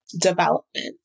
development